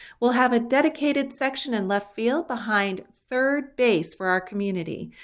we'll have a dedicated section in left field behind third-base for our community.